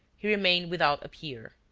he remained without a peer.